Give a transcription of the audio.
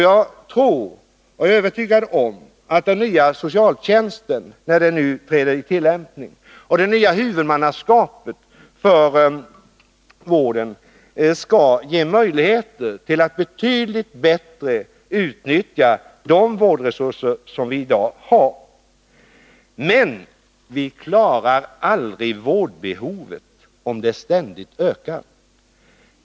Jag är övertygad om att den nya socialtjänsten, när den träder i tillämpning, och det nya huvudmannaskapet för vården skall ge möjligheter att betydligt bättre utnyttja de vårdresurser som vi i dag har. Men vi klarar aldrig vårdbehovet, om detta ständigt ökar.